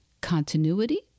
continuity